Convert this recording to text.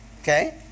Okay